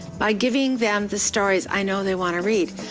by giving them the stories i know they want to read.